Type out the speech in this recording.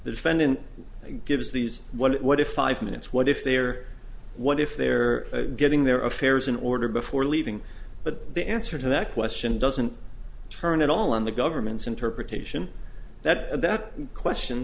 defendant gives these what if five minutes what if they're what if they're getting their affairs in order before leaving but the answer to that question doesn't turn at all on the government's interpretation that that question